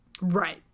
Right